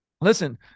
listen